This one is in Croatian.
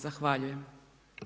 Zahvaljujem.